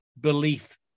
belief